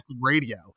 radio